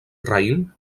raïm